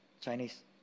Chinese